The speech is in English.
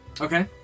Okay